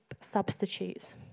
substitutes